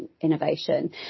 innovation